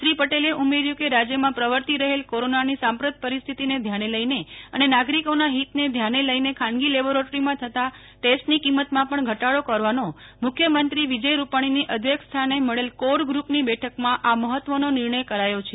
શ્રી પટેલે ઉમેર્યું કે રાજયમાં પ્રવર્તી રહેલ કોરોના ની સાંપ્રત પરિસ્થિતિ ને ધ્યાને લઇને અને નાગરિકો ના હિતને ધ્યાને લઈને ખાનગી લેબોરેટરીમાં થતા ટેસ્ટની કિંમતમાં પણ ઘટાડો કરવાનો મુખ્યમંત્રી શ્રી વિજય રૂપાણીના અધ્યક્ષસ્થાને મળેલ કોર ગ્રૂપની બેઠકમાં આ મહત્ત્વનો નિર્ણય કરાયો છે